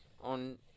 on